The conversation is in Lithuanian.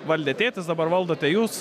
valdė tėtis dabar valdote jūs